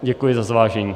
Děkuji za zvážení.